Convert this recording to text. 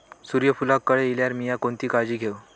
सूर्यफूलाक कळे इल्यार मीया कोणती काळजी घेव?